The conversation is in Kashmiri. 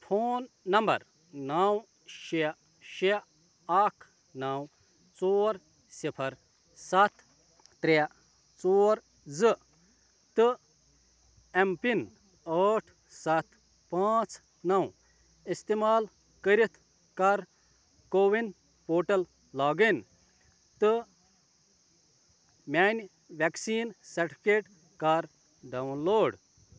فون نمبر نَو شےٚ شےٚ اکھ نَو ژور صِفر سَتھ ترٛےٚ ژور زٕ تہٕ اٮ۪م پِن ٲٹھ سَتھ پانٛژھ نَو اِستعمال کٔرِتھ کَر کووِن پورٹل لاگ اِن تہٕ میٛانہِ وٮ۪کسیٖن سرٹِفِکیٹ کَر ڈاوُن لوڈ